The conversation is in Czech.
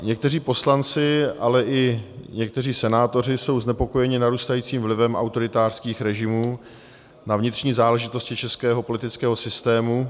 Někteří poslanci, ale i někteří senátoři jsou znepokojeni narůstajícím vlivem autoritářských režimů na vnitřní záležitosti českého politického systému.